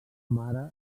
mare